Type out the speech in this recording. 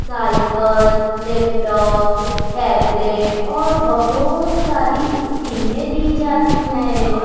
cycle laptop tablet اور بہت ساری اسکیمیں دی جاتی ہیں